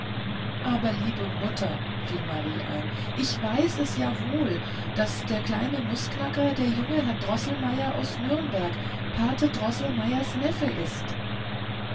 aber liebe mutter fiel marie ein ich weiß es ja wohl daß der kleine nußknacker der junge herr droßelmeier aus nürnberg pate droßelmeiers neffe ist